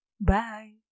Bye